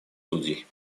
судей